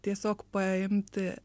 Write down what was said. tiesiog paimti